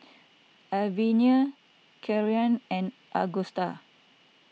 Arvilla Kieran and Agusta